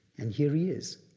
and here he is.